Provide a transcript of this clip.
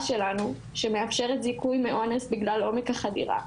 שלנו שמאפשרת זיכוי מאונס בגלל עומק החדירה.